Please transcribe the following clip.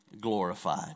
glorified